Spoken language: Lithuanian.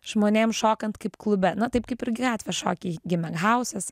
žmonėm šokant kaip klube na taip kaip ir gatvės šokiai gimė hausas